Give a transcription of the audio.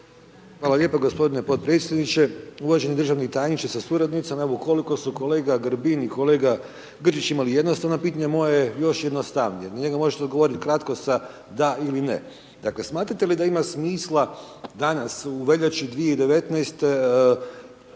Hvala lijepo gospodine potpredsjedniče. Uvaženi državni tajniče sa suradnicom. Evo koliko su kolega Grbin i kolega Grčić imali jednostavna pitanja moje je još jednostavnije. Na njega možete odgovoriti kratko sa da ili ne. Dakle smatrate li da ima smisla danas u veljači 2019.